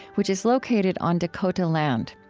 which is located on dakota land.